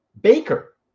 Baker